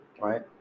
right